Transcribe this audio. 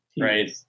Right